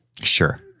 Sure